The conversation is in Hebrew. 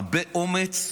הרבה אומץ.